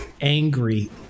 angry